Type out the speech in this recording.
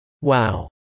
Wow